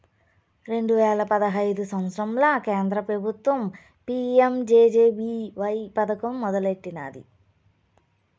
రెండు వేల పదహైదు సంవత్సరంల కేంద్ర పెబుత్వం పీ.యం జె.జె.బీ.వై పదకం మొదలెట్టినాది